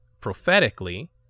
prophetically